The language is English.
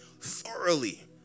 thoroughly